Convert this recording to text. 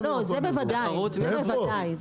זה בוודאי.